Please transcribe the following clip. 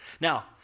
Now